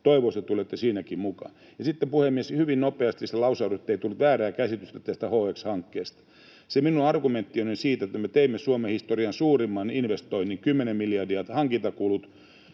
Toivoisin, että tulette siinäkin mukaan. Ja sitten, puhemies, hyvin nopeasti lause, ettei tule väärää käsitystä tästä HX-hankkeesta. Se minun argumenttini oli siitä, että me teimme Suomen historian suurimman investoinnin, 10 miljardia hankintakulut